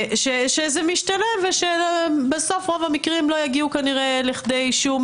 שזה משתלם ובסוף רוב המקרים לא יגיעו כנראה לכדי שום